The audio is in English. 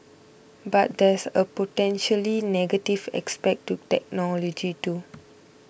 but there's a potentially negative aspect to technology too